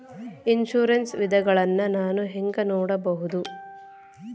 Insurance ವಿಧಗಳನ್ನ ನಾನು ಹೆಂಗ ನೋಡಬಹುದು?